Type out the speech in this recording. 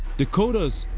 dakotas,